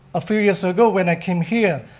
a few years so ago when i came here,